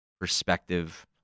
perspective